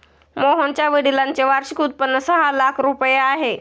मोहनच्या वडिलांचे वार्षिक उत्पन्न सहा लाख रुपये आहे